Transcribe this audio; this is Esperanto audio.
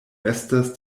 estas